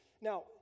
Now